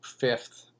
fifth